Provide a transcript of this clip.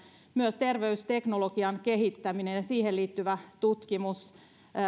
myös terveysteknologian kehittäminen ja siihen liittyvä tutkimus